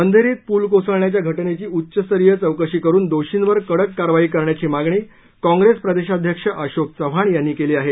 अंधेरीत पूल कोसळण्याच्या घटनेची उच्चस्तरीय चौकशी करून दोषींवर कडक कारवाई करण्याची मागणी काँग्रेस प्रदेशाध्यक्ष अशोक चव्हाण यांनी केली आहे